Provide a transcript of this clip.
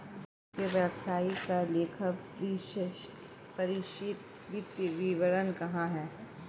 आपके व्यवसाय का लेखापरीक्षित वित्तीय विवरण कहाँ है?